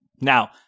Now